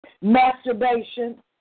masturbation